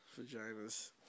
Vaginas